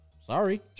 Sorry